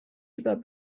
über